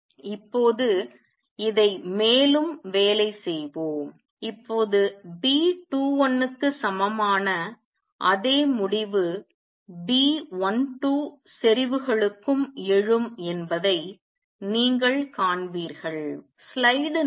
இப்போது இதை மேலும் வேலை செய்வோம் இப்போது B21 க்கு சமமான அதே முடிவு B12 செறிவுகளுக்கும் எழும் என்பதை நீங்கள் காண்பீர்கள்